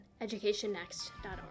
educationnext.org